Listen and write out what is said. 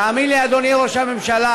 תאמין לי, אדוני ראש הממשלה,